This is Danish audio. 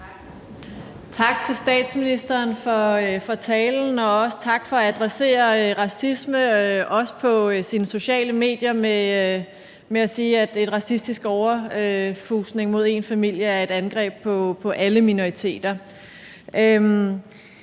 Tak til statsministeren for talen, og også tak for at adressere racisme også på sine sociale medier ved at sige, at en racistisk overfusning af en familie er et angreb på alle minoriteter.